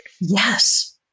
Yes